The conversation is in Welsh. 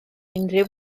unrhyw